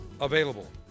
available